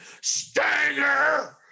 Stinger